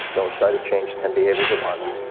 don't try to change ten behaviors at once,